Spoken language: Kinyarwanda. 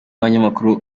n’abanyamakuru